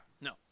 No